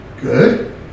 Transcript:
Good